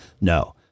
No